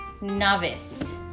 novice